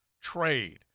trade